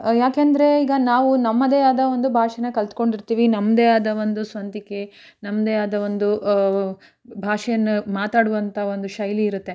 ಯಾಕೆಂದರೆ ಈಗ ನಾವು ನಮ್ಮದೇ ಆದ ಒಂದು ಭಾಷೆನ ಕಲ್ತ್ಕೊಂಡಿರ್ತೀವಿ ನಮ್ಮದೇ ಆದ ಒಂದು ಸ್ವಂತಿಕೆ ನಮ್ಮದೇ ಆದ ಒಂದು ಭಾಷೆಯನ್ನು ಮಾತಾಡುವಂಥ ಒಂದು ಶೈಲಿ ಇರುತ್ತೆ